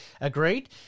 agreed